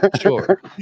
Sure